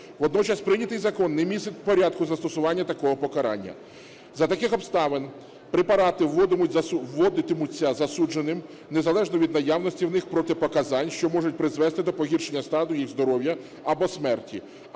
Водночас прийнятий закон не містить порядку застосування такого покарання. За таких обставин препарати вводитимуться засудженим незалежно від наявності в них протипоказань, що можуть призвести до погіршення стану їх здоров'я або смерті,